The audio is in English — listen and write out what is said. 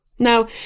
Now